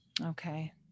Okay